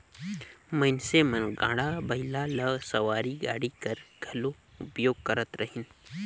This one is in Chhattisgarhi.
मइनसे मन गाड़ा बइला ल सवारी गाड़ी कस घलो उपयोग करत रहिन